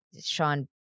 Sean